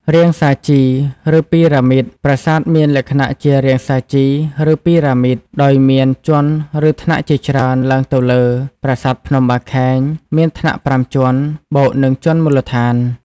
រាងសាជី ឬពីរ៉ាមីតប្រាសាទមានលក្ខណៈជា រាងសាជី ឬ ពីរ៉ាមីត ដោយមានជាន់ ឬថ្នាក់ជាច្រើនឡើងទៅលើ។ ប្រាសាទភ្នំបាខែង មានថ្នាក់៥ជាន់ បូកនឹងជាន់មូលដ្ឋាន។